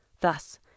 Thus